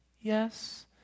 Yes